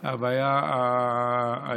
היא הבעיה האיראנית,